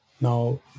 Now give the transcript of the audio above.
Now